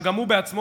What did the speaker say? שגם הוא בעצמו,